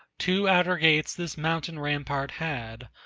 two outer gates this mountain rampart had,